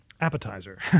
appetizer